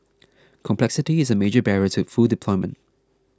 complexity is a major barrier to full deployment